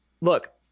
look